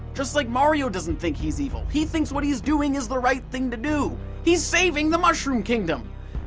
just like mario doesn't think he is evil. he thinks what he is doing is the right thing to do he is saving the mushroom kingdom.